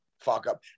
fuck-up